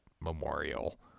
Memorial